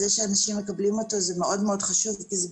וזה שאנשים מקבלים אותו זה מאוד חשוב כי אלה